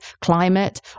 climate